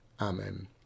Amen